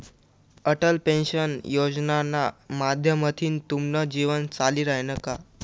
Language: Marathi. अटल पेंशन योजनाना माध्यमथीन तुमनं जीवन चाली रायनं का?